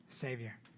Savior